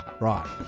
Right